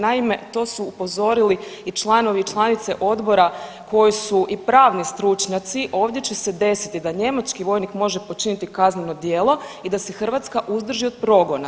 Naime, to su upozorili i članovi i članice odbora koji su i pravni stručnjaci, ovdje će se desiti da njemački vojnik može počiniti kazneno djelo i da se Hrvatska uzdrži od progona.